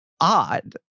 odd